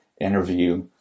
interview